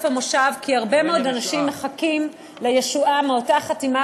המושב כי הרבה מאוד אנשים מחכים לישועה מאותה חתימה